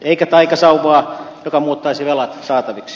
eikä taikasauvaa joka muuttaisi velat saataviksi